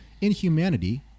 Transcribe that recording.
inhumanity